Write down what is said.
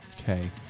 Okay